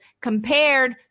compared